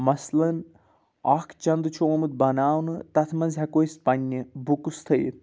مثلن اَکھ چَندٕ چھُ آمُت بَںاونہٕ تَتھ منٛز ہٮ۪کو أسۍ پَنٛنہِ بُکٕس تھٲیِتھ